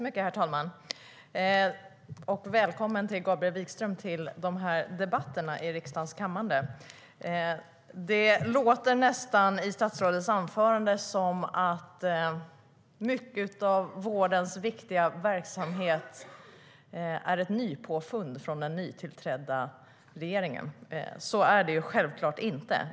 Herr talman! Jag vill välkomna Gabriel Wikström till debatterna i riksdagens kammare.I statsrådets anförande lät det nästan som att mycket av vårdens viktiga verksamhet är ett nytt påfund från den nytillträdda regeringen. Så är det självklart inte.